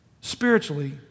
spiritually